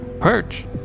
perch